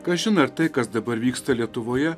kažin ar tai kas dabar vyksta lietuvoje